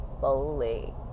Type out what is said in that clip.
fully